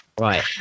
Right